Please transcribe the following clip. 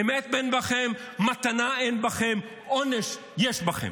אמת אין בכם, מתנה אין בכם, עונש יש בכם.